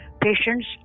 patients